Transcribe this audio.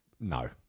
no